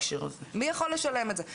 מה זה המחירים האלה, מי יכול לשלם את זה.